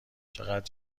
چقد